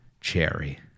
cherry